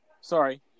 Sorry